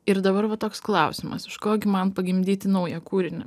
ir dabar va toks klausimas iš ko gi man pagimdyti naują kūrinį